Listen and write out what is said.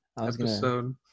episode